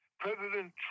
President